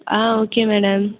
ah okay madam